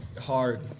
hard